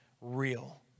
real